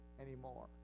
anymore